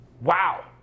Wow